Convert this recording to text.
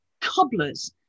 cobblers